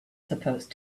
supposed